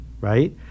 right